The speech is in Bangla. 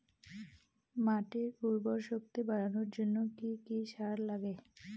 মাটির উর্বর শক্তি বাড়ানোর জন্য কি কি সার লাগে?